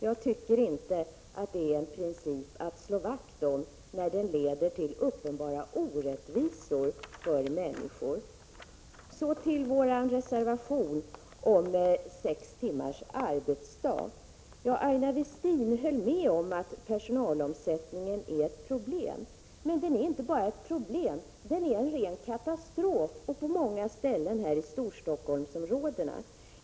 Jag tycker inte att det är en princip att slå vakt om när den leder till uppenbara orättvisor för människor. Så till vår reservation om sex timmars arbetsdag. Aina Westin höll med om att personalomsättningen är ett problem. Men den är inte bara ett problem, den är en ren katastrof på många ställen i Storstockholmsområdet.